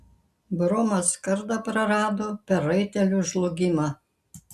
bromas kardą prarado per raitelių žlugimą